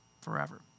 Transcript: forever